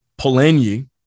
Polanyi